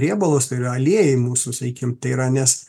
riebalus ir aliejai mūsų sakykim tai yra nes